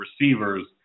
receivers